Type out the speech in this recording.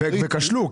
וכשלו.